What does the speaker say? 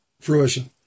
fruition